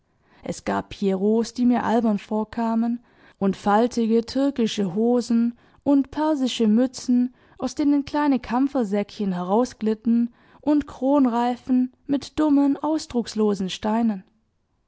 es gab pierrots die mir albern vorkamen und faltige türkische hosen und persische mützen aus denen kleine kampfersäckchen herausglitten und kronreifen mit dummen ausdruckslosen steinen